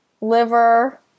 liver